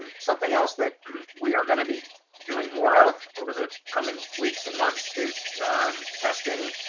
and something else that we are going to be doing more of over the coming weeks and months is testing.